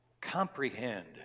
comprehend